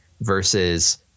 versus